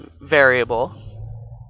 variable